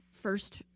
First